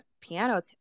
piano